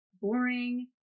boring